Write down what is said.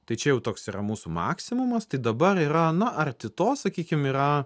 tai čia jau toks yra mūsų maksimumas tai dabar yra na arti to sakykim yra